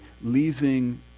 leaving